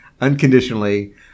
unconditionally